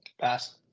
Pass